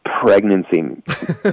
pregnancy